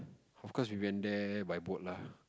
of course we went there by boat lah